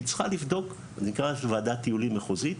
שהיא צריכה לבדוק - אני אקרא לזה ועדת טיולים מחוזית.